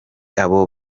abo